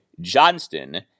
Johnston